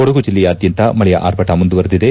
ಕೊಡಗು ಜಿಲ್ಲೆಯಾದ್ದಂತ ಮಳೆಯ ಆರ್ಭಟ ಮುಂದುವರಿದಿದೆ